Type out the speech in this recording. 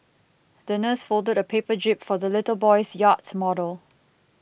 the nurse folded a paper jib for the little boy's yachts model